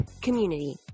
community